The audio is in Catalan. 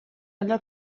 allò